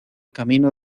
camino